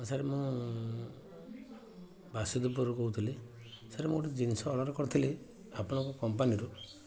sir ମୁଁ ବାସୁଦେବପୁରରୁ କହୁଥିଲି ସାର୍ ମୁଁ ଗୋଟେ ଜିନିଷ ଅର୍ଡ଼ର କରିଥିଲି ଆପଣଙ୍କ କମ୍ପାନୀରୁ